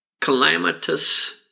calamitous